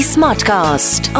Smartcast